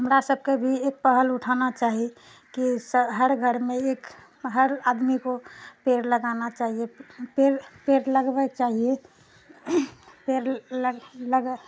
हमरा सबकेँ भी एक पहल उठाना चाही कि हर घरमे एक हर आदमी को पेड़ लगाना चाहिए पेड़ लगबैके चाही पेड़ लग लग